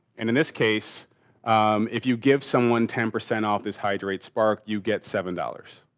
and in this case if you give someone ten percent off this hydrate spark you get seven dollars,